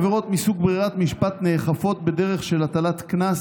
עבירות מסוג ברירות משפט נאכפות בדרך של הטלת קנס